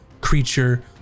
creature